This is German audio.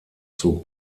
zog